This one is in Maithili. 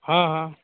हँ हँ